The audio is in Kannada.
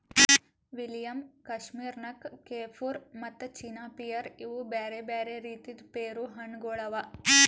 ವಿಲಿಯಮ್, ಕಶ್ಮೀರ್ ನಕ್, ಕೆಫುರ್ ಮತ್ತ ಚೀನಾ ಪಿಯರ್ ಇವು ಬ್ಯಾರೆ ಬ್ಯಾರೆ ರೀತಿದ್ ಪೇರು ಹಣ್ಣ ಗೊಳ್ ಅವಾ